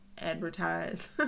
advertise